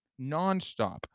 nonstop